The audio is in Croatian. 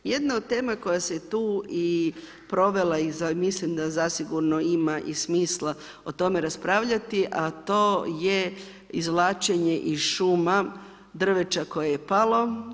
Jedna od tema koja se tu i provela i mislim da zasigurno ima i smisla o tome raspravljati a to je izvlačenje iz šuma drveća koje je palo.